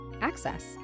access